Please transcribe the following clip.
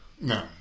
No